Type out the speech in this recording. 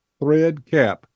Threadcap